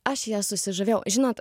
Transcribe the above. aš ja susižavėjau žinot